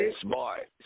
Smart